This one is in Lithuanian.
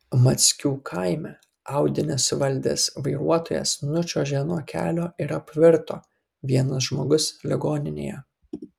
mackių kaime audi nesuvaldęs vairuotojas nučiuožė nuo kelio ir apvirto vienas žmogus ligoninėje